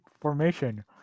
formation